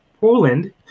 Poland